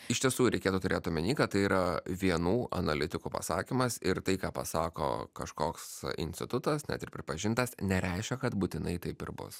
iš tiesų reikėtų turėt omeny kad tai yra vienų analitikų pasakymas ir tai ką pasako kažkoks institutas net ir pripažintas nereiškia kad būtinai taip ir bus